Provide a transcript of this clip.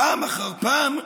פעם אחר פעם,